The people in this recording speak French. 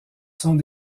sont